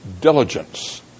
diligence